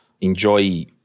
enjoy